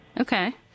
Okay